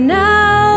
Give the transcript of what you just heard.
now